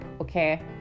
okay